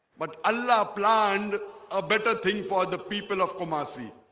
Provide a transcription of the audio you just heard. but allah planned a better thing for the people of kumasi